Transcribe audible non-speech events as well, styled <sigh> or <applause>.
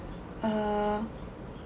uh <breath>